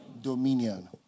dominion